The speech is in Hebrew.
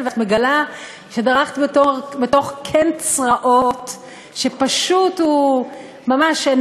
ואת מגלה שדרכת בתוך קן צרעות שפשוט הן